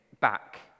back